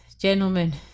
gentlemen